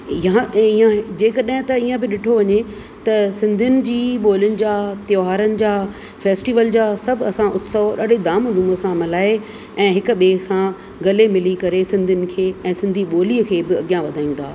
यां ईअं आहे जेकॾहिं त ईअं बि ॾिठो वञे त सिंधीयुनि जी ॿोलियुनि जा त्योहारनि जा फ़ेस्टीवल जा सभु असां उत्सव ॾाढे धाम धूम सां मल्हाए ऐं हिक ॿे खां गले मिली करे सिंधीयुनि खे ऐं सिंधी ॿोलीअ खे बि अॻियां वधायूं था